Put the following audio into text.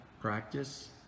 practice